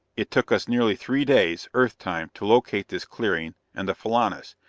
it took us nearly three days, earth time, to locate this clearing and the filanus,